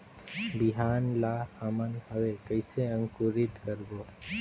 बिहान ला हमन हवे कइसे अंकुरित करबो?